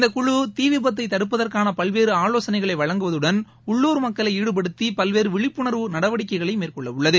இந்த தீவிபத்தைதடுப்பதற்கானபல்வேறுஆலோசனைகளைவழங்குவதுடன் உள்ளுர் மக்களைஈடுபடுத்திபல்வேறுவிழிப்புணர்வு நடவடிக்கைகளைமேற்கொள்ளவுள்ளது